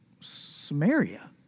Samaria